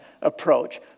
approach